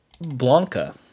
Blanca